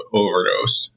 overdose